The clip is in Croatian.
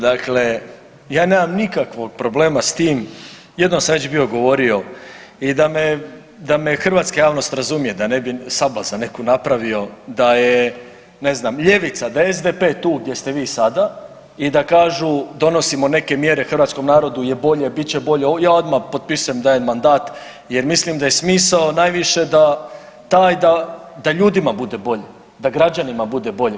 Dakle, ja nemam nikakvog problema s tim, jednom sam već bio govorio i da me hrvatska javnost razumije, da ne bi sablazan neku napravio, da je ne znam, ljevica, da je SDP tu gdje ste vi sada i da kažu donosimo neke mjere hrvatskom narodu je bolje, bit će bolje, ja odmah potpisujem, dajem mandat jer mislim da je smisao najviše da, taj da ljudima bude bolje, da građanima bude bolje.